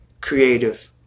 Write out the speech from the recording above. creative